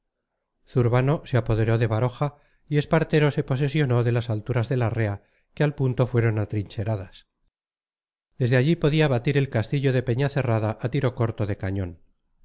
conocemos zurbano se apoderó de baroja y espartero se posesionó de las alturas de larrea que al punto fueron atrincheradas desde allí podía batir el castillo de peñacerrada a tiro corto de cañón